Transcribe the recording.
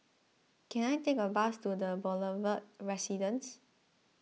can I take a bus to the Boulevard Residence